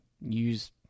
use